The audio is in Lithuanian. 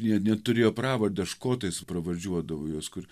jie net turėjo pravardę škotais pravardžiuodavo juos kur